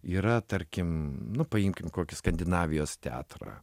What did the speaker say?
yra tarkim nu paimkim kokį skandinavijos teatrą